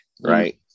right